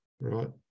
right